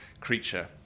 creature